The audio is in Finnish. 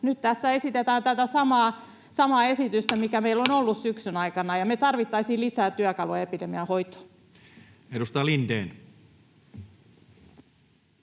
Nyt tässä esitetään tätä samaa esitystä, mikä meillä on ollut syksyn aikana, ja me tarvittaisiin lisää työkaluja epidemian hoitoon. Edustaja Lindén.